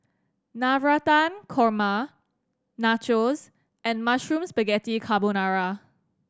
Navratan Korma Nachos and Mushroom Spaghetti Carbonara